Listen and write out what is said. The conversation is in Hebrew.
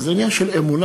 אבל זה עניין של אמונה.